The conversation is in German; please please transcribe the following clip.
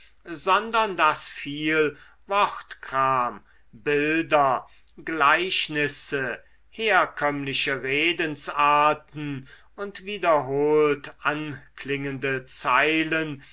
sondern daß viel wortkram bilder gleichnisse herkömmliche redensarten und wiederholt anklingende zeilen